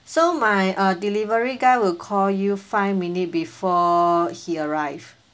so my uh delivery guy will call you five minute before he arrive